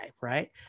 Right